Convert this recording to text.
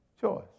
choice